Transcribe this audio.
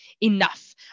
Enough